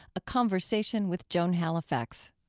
a conversation with joan halifax.